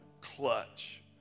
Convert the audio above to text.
clutch